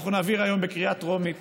אנחנו נעביר היום בקריאה טרומית